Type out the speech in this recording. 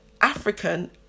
African